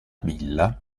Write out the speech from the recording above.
villa